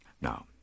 Now